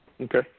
Okay